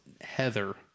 heather